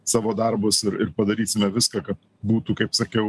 savo darbus ir padarysime viską kad būtų kaip sakiau